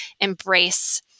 embrace